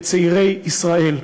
לצעירי ישראל: